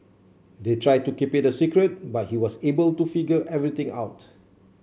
they tried to keep it a secret but he was able to figure everything out